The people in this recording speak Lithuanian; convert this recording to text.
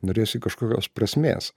norėjosi kažkokios prasmės